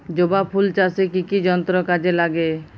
জবা ফুল চাষে কি কি যন্ত্র কাজে লাগে?